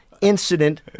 incident